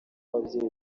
w’ababyeyi